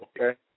Okay